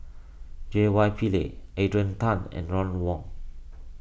J Y Pillay Adrian Tan and Ron Wong